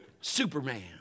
Superman